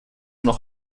noch